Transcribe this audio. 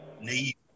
need